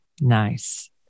Nice